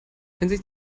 wenn